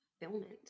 fulfillment